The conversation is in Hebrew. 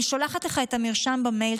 אני שולחת לך את המרשם במייל,